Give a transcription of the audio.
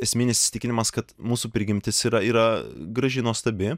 esminis įsitikinimas kad mūsų prigimtis yra yra graži nuostabi